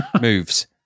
moves